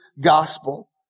gospel